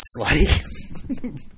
slutty